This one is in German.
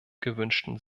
gewünschten